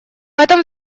этом